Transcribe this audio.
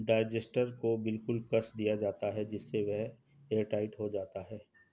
digester को बिल्कुल कस दिया जाता है जिससे वह एयरटाइट हो जाता है